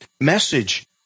message